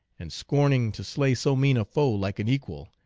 and scorning to slay so mean a foe like an equal,